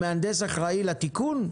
המהנדס אחראי לתיקון?